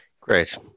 Great